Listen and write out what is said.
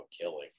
killing